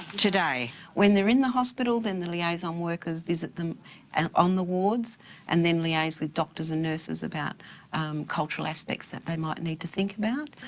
today. when they're in the hospital, then the liaison um workers visit them and on the wards and then liaise with doctors and nurses about cultural aspects that they might need to think about.